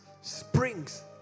springs